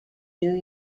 new